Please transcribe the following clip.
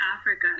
Africa